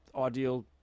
ideal